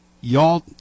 y'all –